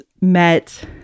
met